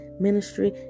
ministry